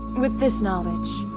with this knowledge,